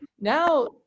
Now